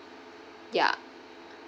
ya